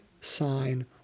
sign